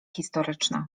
historyczna